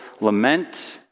lament